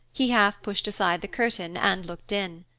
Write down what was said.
he half pushed aside the curtain and looked in.